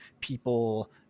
people